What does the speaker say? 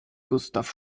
gustav